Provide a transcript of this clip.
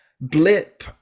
Blip